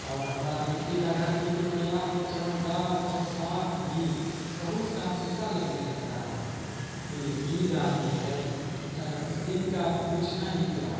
اور ہمارا مٹی کا گھر بالکل نیا اور چمکدار اور صاف بھی بہت صاف ستھرا لگنے لگتا ہے پھر عید آتی ہے اس دن کا پوچھنا ہی کیا